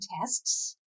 tests